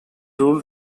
ruled